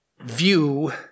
view